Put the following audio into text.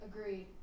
Agreed